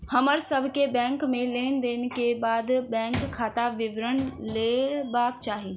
हमर सभ के बैंक में लेन देन के बाद बैंक खाता विवरण लय लेबाक चाही